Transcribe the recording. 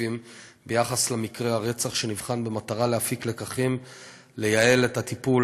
הגופים ביחס למקרה הרצח שנבחן במטרה להפיק לקחים ולייעל את הטיפול